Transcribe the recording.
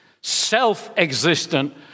self-existent